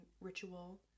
ritual